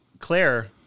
Claire